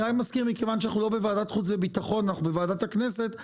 אני רק מזכיר מכיוון שאנחנו לא בוועדת חוץ וביטחון אלא בוועדת הכנסת.